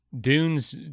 dunes